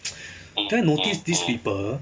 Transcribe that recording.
then I notice these people